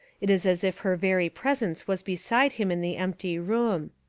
it is as if her very presence was beside him in the empty room.